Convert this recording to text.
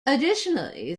additionally